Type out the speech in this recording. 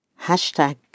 hashtag